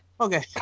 okay